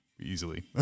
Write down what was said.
easily